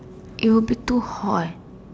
it will be too hot